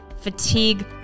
fatigue